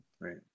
right